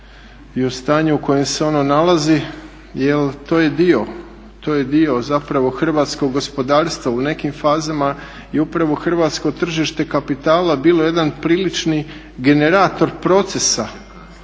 i o stanju u kojem se ono nalazi jer to je dio zapravo hrvatskog gospodarstva u nekim fazama i upravo hrvatsko tržište kapitala bilo jedan prilični generator procesa.